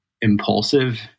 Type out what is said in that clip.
impulsive